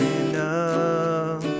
enough